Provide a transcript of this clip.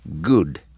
good